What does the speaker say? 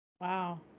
Wow